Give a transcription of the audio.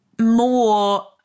more